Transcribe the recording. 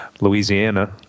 Louisiana